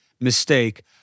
mistake